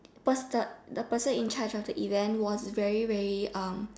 person the person in charge of the event was very very um